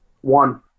One